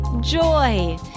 Joy